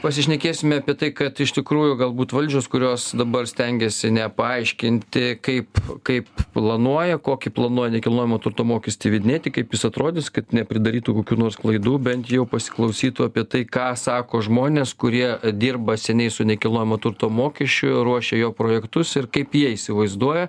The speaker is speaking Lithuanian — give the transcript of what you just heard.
pasišnekėsime apie tai kad iš tikrųjų galbūt valdžios kurios dabar stengiasi nepaaiškinti kaip kaip planuoja kokį planuoja nekilnojamo turto mokestį įvedinėti kaip jis atrodys kad nepridarytų kokių nors klaidų bent jau pasiklausytų apie tai ką sako žmonės kurie dirba seniai su nekilnojamo turto mokesčiu ruošia jo projektus ir kaip jie įsivaizduoja